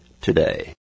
today